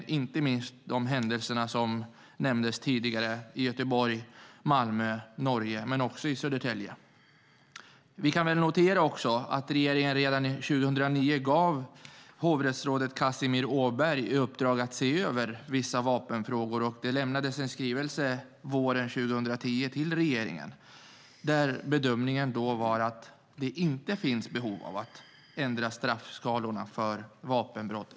Det gäller inte minst de händelser som nämndes tidigare i Göteborg, Malmö och Norge, men också i Södertälje. Redan 2009 gav regeringen hovrättsrådet Kazimir Åberg i uppdrag att se över vissa vapenfrågor. Det lämnades en skrivelse till regeringen våren 2010 där bedömningen var att det inte finns behov av att ändra straffskalorna för grovt vapenbrott.